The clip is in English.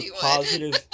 positive